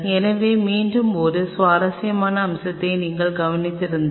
எனவே மீண்டும் ஒரு சுவாரஸ்யமான அம்சத்தை நீங்கள் கவனித்திருந்தால்